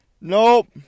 nope